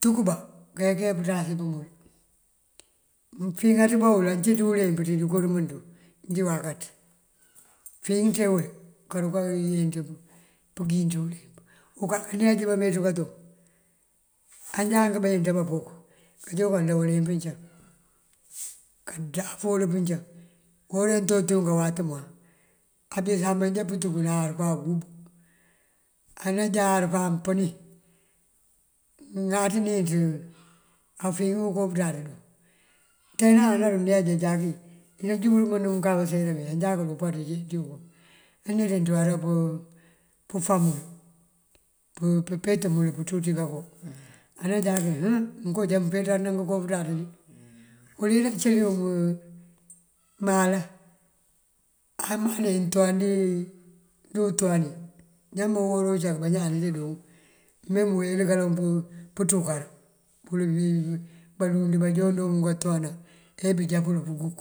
túk bá kayá kayá pëntas pëmul. Mëfíŋáaţ bá wël aţíj bá unleemp tënko tëmënţun afíŋáaţ bá wël injí wakaţ. Fíŋëţa wël karuka kayenţ pëngiŋ ţí uleemp. Unkaka kaneej bámeeţú kato anjá ank bayënţ abá pok kajá bëkël ndawëlin pëncëŋ kandaf wël pëncëŋ karu nantoti wël kawat muwáan. Adina abajá pëntúk náar náabuk anajá ar pëni ŋáaţ nin afíŋ unkopëţaţ dun. Teena aruneej ajákin iyiŋ ţinjí wun mënkaseremí, ajákul umpaţ wí ţínj bunkum aneeţa ţúwar pëfámël, pëpet mël pënţú ţí kanko. Anajákin monkoo ajá mëfeenţar dí ngënkopëţaţ uwël uwí cíli wun malaŋ apëni etowáan dí untowáani já mee uhora uncak bañaan joo buwel kaloŋ pëntúkar pël bí balund bajoon joonú katowanëná ebúujá pël pënguk.